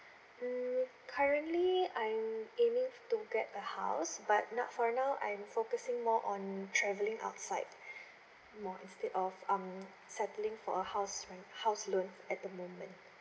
mm currently I'm aiming to get a house but not for now I'm focusing more on traveling outside more instead of um settling for a house house loan at the moment